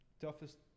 toughest